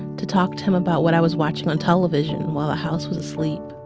to talk to him about what i was watching on television while the house was asleep,